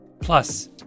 Plus